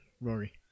Rory